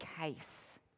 case